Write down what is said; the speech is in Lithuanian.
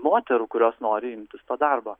moterų kurios nori imtis to darbo